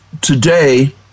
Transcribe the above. today